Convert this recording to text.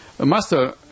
Master